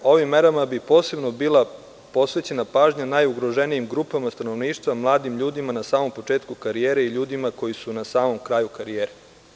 Ovim merama bi posebno bila posvećena pažnja najugroženijim grupama stanovništva, mladim ljudima na samom početku karijere i ljudima koji su na samom kraju karijere.